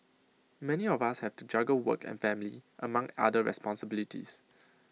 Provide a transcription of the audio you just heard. many of us have to juggle work and family among other responsibilities